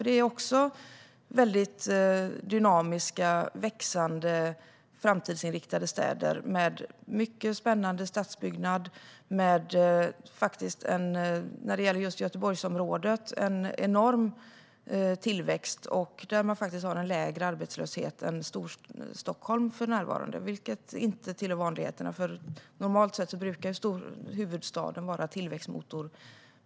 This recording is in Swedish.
Det är dynamiska, växande och framtidsinriktade städer, med mycket spännande statsbyggnad och när det gäller Göteborgsområdet en enorm tillväxt och faktiskt för närvarande lägre arbetslöshet än Storstockholm. Detta tillhör inte vanligheterna; normalt sett brukar huvudstaden vara tillväxtmotor.